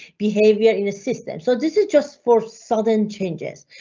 behavior in a system. so this is just for sudden changes.